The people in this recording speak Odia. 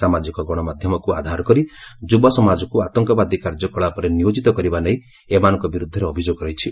ସାମାଜିକ ଗଣମାଧ୍ୟମକୁ ଆଧାର କରି ଯୁବ ସମାଜକୁ ଆତଙ୍କବାଦୀ କାର୍ଯ୍ୟକଳାପରେ ନିୟୋଜିତ କରିବା ନେଇ ଏମାନଙ୍କ ବିରୁଦ୍ଧରେ ଅଭିଯୋଗ ରହିଛି